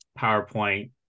PowerPoint